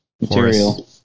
material